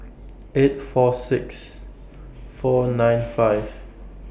eight four six four nine five